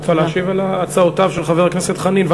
את רוצה להשיב על הצעותיו של חבר הכנסת חנין?